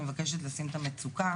אני מבקשת לשים את המצוקה